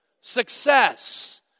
Success